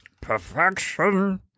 Perfection